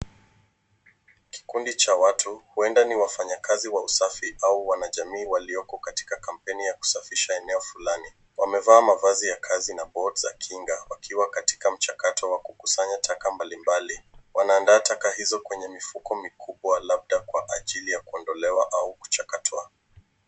Kikundi cha watu, huenda ni wafanyakazi wa usafi au wanajamii walioko katika kampeni ya kusafisha eneo fulani. Wamefaa mavazi ya kazi na boots za kinga wakiwa katika mchakato wa kukusanya taka mbali mbali. Wanaanda taka hizo kwenye mifuko mikubwa labda kwa ajiri ya kuondolewa au kuchakatwa.